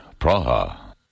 Praha